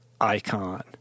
Icon